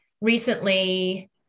recently